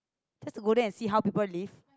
just to go there and see how people live